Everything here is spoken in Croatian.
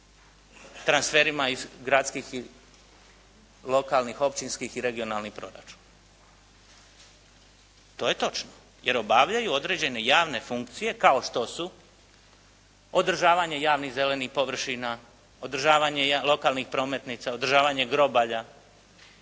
transferima iz gradskih i lokalnih, općinskih i regionalnih proračuna. To je točno jer obavljaju određene javne funkcije kao što su održavanje javnih zelenih površina, održavanje lokalnih prometnica, održavanje grobalja